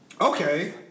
Okay